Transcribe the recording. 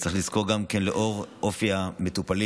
צריך לזכור גם כי לאור אופי המטופלים,